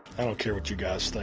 i don't care what you guys think,